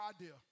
idea